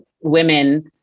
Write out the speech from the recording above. women